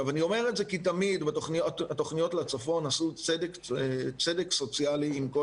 אני אומר את זה כי התכניות בצפון עשו צדק סוציאלי עם כל